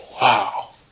wow